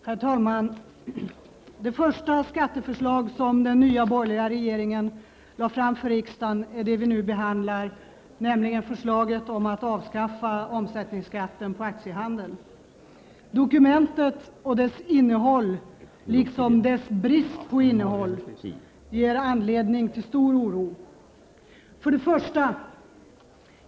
Herr talman! Det första skatteförslag som den nya borgerliga regeringen lade fram för riksdagen är det vi nu behandlar, nämligen förslaget om att avskaffa omsättningsskatten på aktiehandeln. Dokumentet och dess innehåll liksom dess brist på innehåll ger anledning till stor oro.